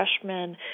freshmen